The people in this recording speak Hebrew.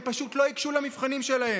הם פשוט לא ייגשו למבחנים שלהם.